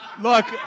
look